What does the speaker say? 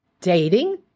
Dating